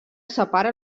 separa